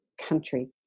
country